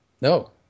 No